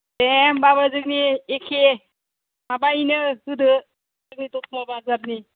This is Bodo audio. दे होमबाबो जोंनि एखे माबायैनो होदो जोंनि दतमा बाजारनि